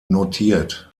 notiert